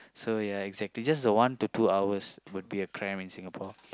so ya exactly just the one to two hours will be cramp in Singapore